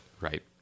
right